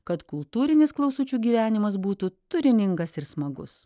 kad kultūrinis klausučių gyvenimas būtų turiningas ir smagus